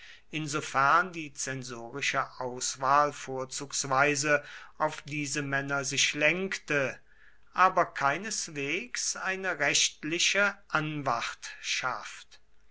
insofern die zensorische auswahl vorzugsweise auf diese männer sich lenkte aber keineswegs eine rechtliche anwartschaft